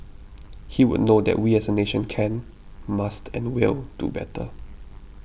he would know that we as a nation can must and will do better